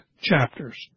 chapters